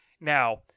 Now